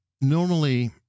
normally